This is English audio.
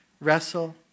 wrestle